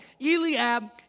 Eliab